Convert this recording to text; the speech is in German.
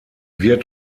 wird